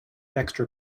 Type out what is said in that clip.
extra